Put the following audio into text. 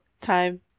time